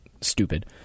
Stupid